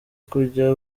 kujya